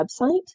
website